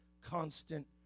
constant